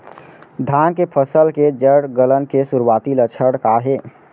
धान के फसल के जड़ गलन के शुरुआती लक्षण का हे?